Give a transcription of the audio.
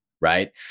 right